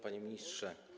Panie Ministrze!